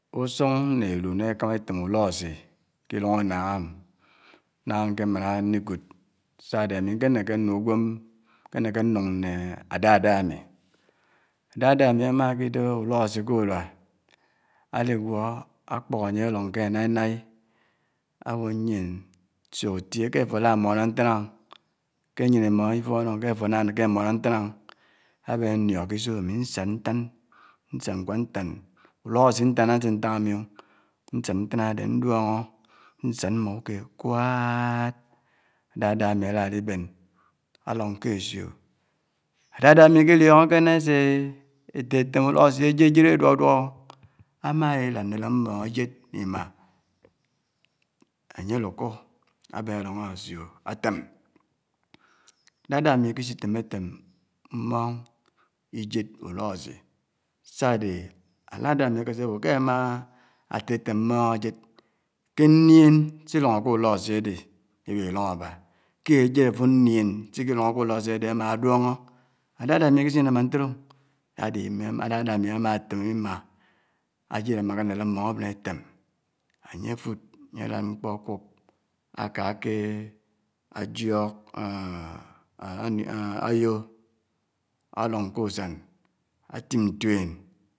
Usung ni élu nà èkámá ètèm ulósi uòng ánnáng m nà nkè máná ndi kud sá ádè ámi nkè nèkè ndi uwém nkè nèkè ndung mè ádádá ámi dádá mi ámáki dèp ulòsi kè uluá ádigwó ákpòk ányè álòng kè anai nái ábo nyèn suk tiè kè àfò áná mònò ntán kè áyén imò ifònnò kè àfò áná nèkè ámòmò ntán ábèn ndiòk kè isò ámi nsád ntán nsád nkwá ntán ulósi ntàn nsuk ntáng ámi e, nsád ntán ádé nduónhó nsád mmá ukèd kwaad dádá mi álá dibèn álòng kè ésiò dádá ámi ikiliòngòke ná ésé ètètèm ulósi èjèjèd eduòduòk o, ámálád nlèlèng mmóng ijèd imá ányè lukó ábèn álòng isiò átèm dádá mi ikisítèmè tèm mmóng ijèd ulòsi sà ádè dádá ámi ákèsè bò kè ámá tètèm mmóng ájèd kè ndièn sí lòngò kè ulòsi ádè ibihí dòngò ábá kè ájèd áfud ndièn sikidòngò kè ulòsi ádè ámá áduòngò ádádá mi ikisí námá ntèdè o, ádè ini ádádá ámi ámátèm imá ájèd ámá kè nlèlèng mmóng ábèn átèm ányè fud ányè lád mkpò ákub áká ákè jiòk( s) áyò álòng k'usán átim ntuèn.